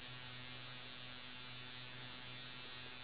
because in movies they just show us like